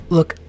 Look